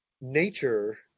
nature